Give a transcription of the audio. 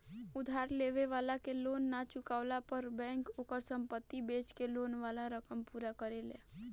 उधार लेवे वाला के लोन ना चुकवला पर बैंक ओकर संपत्ति बेच के लोन वाला रकम पूरा करेला